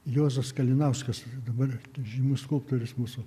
juozas kalinauskas dabar žymus skulptorius mūsų